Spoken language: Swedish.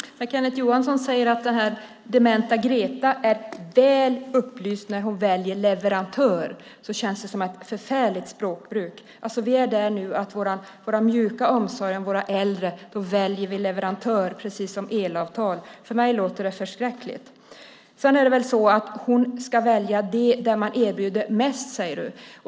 Herr talman! När Kenneth Johansson säger att dementa Greta är väl upplyst när hon väljer leverantör känns det som ett förfärligt språkbruk. Vi är alltså där nu att när det gäller vår mjuka omsorg om våra äldre väljer vi leverantör precis som när det gäller elavtal. För mig låter det förskräckligt. Hon ska välja det alternativ där man erbjuder mest, säger du.